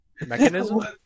Mechanism